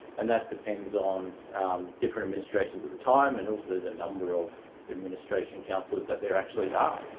and that depends on different administrations at the time and also the number of administration councillors that there actually ah